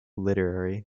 literary